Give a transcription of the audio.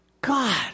God